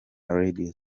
radio